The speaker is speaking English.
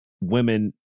women